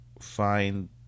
find